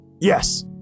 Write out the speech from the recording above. Yes